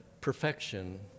perfection